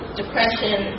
depression